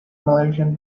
malaysian